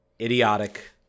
idiotic